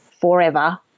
forever